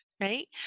Right